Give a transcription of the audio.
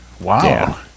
Wow